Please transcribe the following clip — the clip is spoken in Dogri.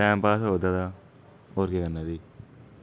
टैम पास होआ दा होर केह् करना फ्ही